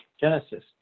Genesis